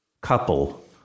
couple